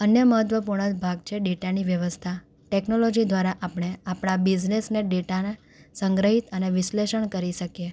અન્ય મહત્ત્વપૂર્ણ ભાગ છે ડેટાની વ્યવસ્થા ટેક્નોલૉજી દ્વારા આપણે આપણા બિઝનેસના ડેટાને સંગ્રહિત અને વિશ્લેષણ કરી શકીએ